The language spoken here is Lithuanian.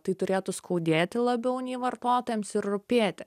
tai turėtų skaudėti labiau nei vartotojams ir rūpėti